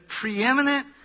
preeminent